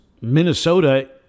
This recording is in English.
Minnesota